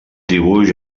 dibuix